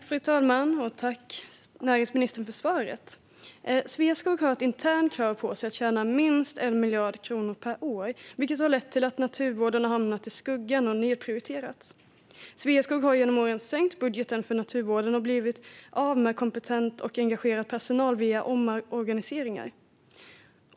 Fru talman! Sveaskog har ett internt krav på sig att tjäna minst 1 miljard kronor per år, vilket har lett till att naturvården har hamnat i skuggan och nedprioriterats. Sveaskog har genom åren sänkt budgeten för naturvården och blivit av med kompetent och engagerad personal via omorganiseringar.